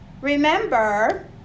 remember